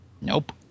Nope